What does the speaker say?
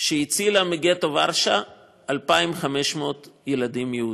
שהצילה מגטו ורשה 2,500 ילדים יהודים.